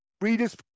readers